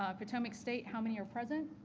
ah potomac state, how many are present?